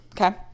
Okay